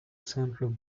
central